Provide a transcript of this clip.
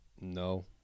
no